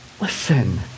listen